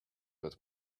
but